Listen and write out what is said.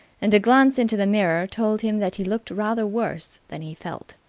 and a glance into the mirror told him that he looked rather worse than he felt.